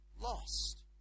lost